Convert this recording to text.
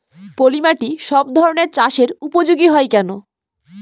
পলিমাটি সব ধরনের চাষের উপযোগী হয় কেন?